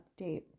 update